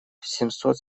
семьсот